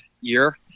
year